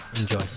Enjoy